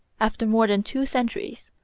after more than two centuries,